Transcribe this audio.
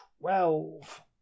twelve